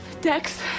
Dex